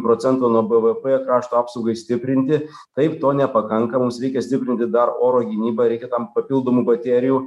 procento nuo bvp krašto apsaugai stiprinti taip to nepakanka mums reikia stiprinti dar oro gynybą reikia tam papildomų baterijų